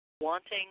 wanting